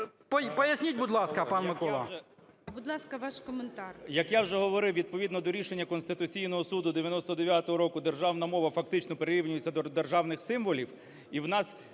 поясніть, будь ласка, пане Миколо.